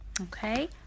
Okay